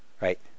Right